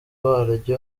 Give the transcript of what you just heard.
waryo